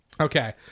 Okay